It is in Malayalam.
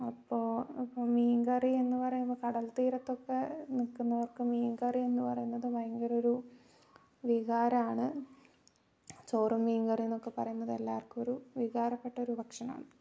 അപ്പോൾ ഇപ്പം മീൻകറി എന്നു പറയുമ്പം കടൽ തീരത്തൊക്കെ നിൽക്കുന്നവർക്ക് മീൻകറി എന്നു പറയുന്നത് ഭയങ്കരമൊരു വികാരമാണ് ചോറും മീൻ കറി എന്നൊക്കെ പറയുന്നത് എല്ലാവർക്കും ഒരു വികാരപ്പെട്ട ഒരു ഭക്ഷണമാണ്